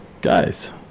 Guys